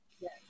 yes